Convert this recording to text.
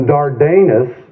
Dardanus